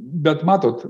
bet matot